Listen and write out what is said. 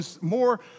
more